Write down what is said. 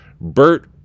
Bert